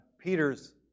Peter's